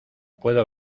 puedo